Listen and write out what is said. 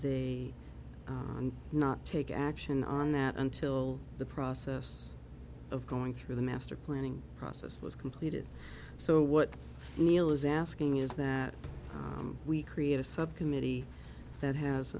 they not take action on that until the process of going through the master planning process was completed so what neil is asking is that we create a subcommittee that has